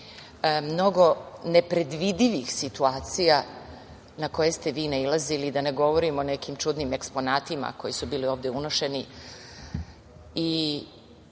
mnogo nepredvidivih situacija na koje ste vi nailazili i da ne govorim o nekim čudnim eksponatima koji su bili ovde unošeni. Verujem